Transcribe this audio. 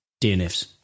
DNFs